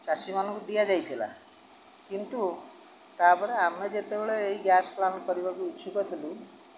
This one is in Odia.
ଚାଷୀମାନଙ୍କୁ ଦିଆଯାଇଥିଲା କିନ୍ତୁ ତା'ପରେ ଆମେ ଯେତେବେଳେ ଏଇ ଗ୍ୟାସ୍ ପ୍ଲାଣ୍ଟ୍ କରିବାକୁ ଇଚ୍ଛୁକ ଥିଲୁ